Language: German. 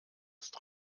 ist